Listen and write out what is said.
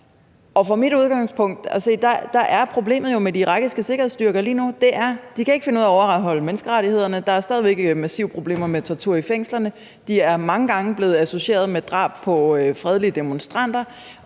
problemet med de irakiske sikkerhedsstyrker lige nu, at de ikke kan finde ud af at overholde menneskerettighederne, der er stadig væk massive problemer med tortur i fængslerne, de er mange gange blevet associeret med drab på fredelige demonstranter,